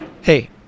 hey